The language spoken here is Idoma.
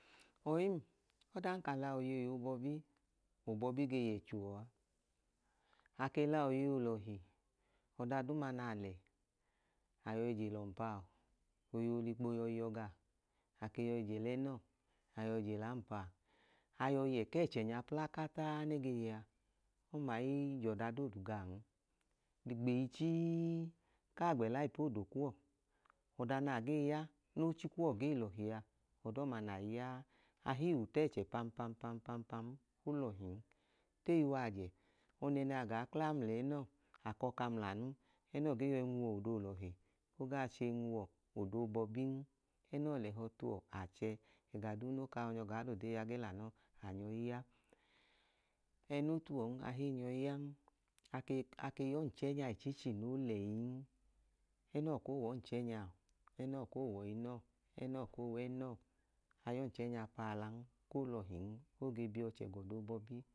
Ọyim, odan ka la oyei obọbi obọbi ge y'echuọa. Ake la oyei olọhi, ọdaduma na lẹ ayọi je l'ọompaọ oyei olikpo yọi yọ gaọ ake yọi je l'eẹnọọ ayọi je l'aọpaa. Ayao ye k'eche nya plakataa ne gee yẹa ọmai j'ọdadoodu gaọn. Le gbei chiii kaa gbẹla ipoodo kuwo, ọda naa ge ya n'ochi kuwọ gee lọhia ọdọma nai ya ahii wutẹ ẹchẹ pam pam pam pam pam pam m, solọhin. Teyi w'ajẹ, ọnẹnẹ agaa kla ml'ẹẹnọọ, akọka ml'anu, ẹnọọ gee yọi nwuọ ọdoo l'ọhi ogaa choo nwuọ ọdobọbin. ẹnọọ l'ẹhọ tuwọ achẹ, ẹgaduu no kau nyọ gaa l'odee ya ge l'anọọ anyọi ya, ẹẹno tuwọn ahii nyọi yan ake ake y'ọnchẹnya ichichi no lẹyin, ẹnọọ koo w'ọọchẹnya, ẹnọọ koo w'ọinọọ, ẹnọọ koo w'ẹnọọ ayọchẹnya paalan ko l'ọhin, oge biọchẹ ọdobọbi